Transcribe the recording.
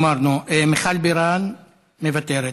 אמרנו, מיכל בירן, מוותרת,